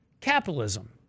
capitalism